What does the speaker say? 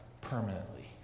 permanently